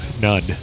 none